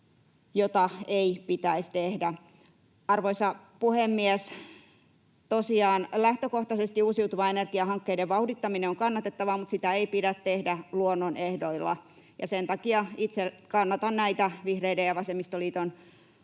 jota ei pitäisi tehdä. Arvoisa puhemies! Tosiaan lähtökohtaisesti uusiutuvan energian hankkeiden vauhdittaminen on kannatettavaa, mutta sitä ei pidä tehdä luonnon ehdoilla. Sen takia itse kannatan näitä vihreiden ja vasemmistoliiton